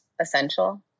essential